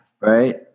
right